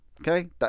okay